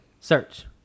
Search